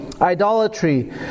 idolatry